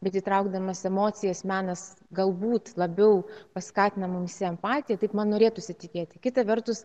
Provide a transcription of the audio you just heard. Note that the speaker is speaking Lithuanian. bet įtraukdamas emocijas menas galbūt labiau paskatina mumyse empatiją taip man norėtųsi tikėti kita vertus